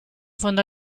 fondo